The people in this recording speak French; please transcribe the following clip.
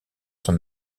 son